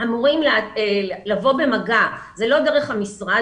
אמורים לבוא במגע ולא דרך המשרד,